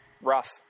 rough